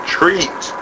treat